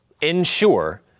ensure